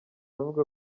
avuga